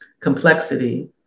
complexity